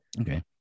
Okay